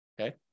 Okay